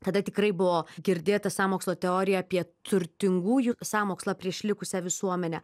tada tikrai buvo girdėta sąmokslo teorija apie turtingųjų sąmokslą prieš likusią visuomenę